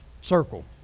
circle